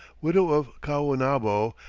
widow of caonabo,